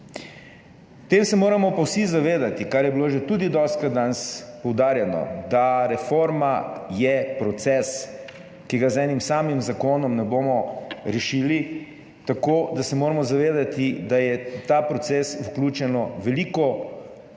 tem se moramo pa vsi zavedati, kar je bilo tudi danes že dostikrat poudarjeno, da je reforma proces, ki ga z enim samim zakonom ne bomo rešili, tako da se moramo zavedati, da je v ta proces vključeno veliko predpisov,